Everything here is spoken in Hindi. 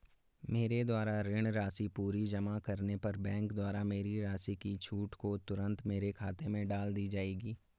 मेरे द्वारा ऋण राशि पूरी जमा करने पर बैंक द्वारा मेरी राशि की छूट को तुरन्त मेरे खाते में डाल दी जायेगी?